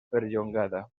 perllongada